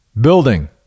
building